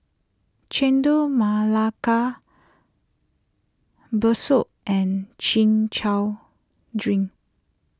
Chendol Melaka Bakso and Chin Chow Drink